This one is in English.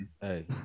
Hey